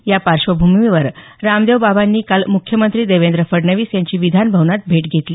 या पार्श्वभूमीवर रामदेव बाबांनी काल मुख्यमंत्री देवेंद्र फडणवीस यांची विधानभवनात भेट घेतली